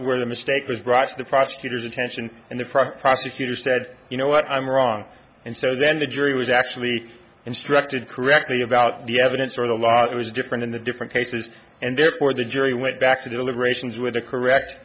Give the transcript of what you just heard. where the mistake was brought to the prosecutor's attention and the prosecutor said you know what i'm wrong and so then the jury was actually instructed correctly about the evidence or the law it was different in the different cases and therefore the jury went back to deliberations with a correct